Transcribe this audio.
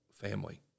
family